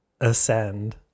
Ascend